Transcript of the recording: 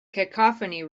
cacophony